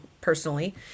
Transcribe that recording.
personally